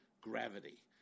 gravity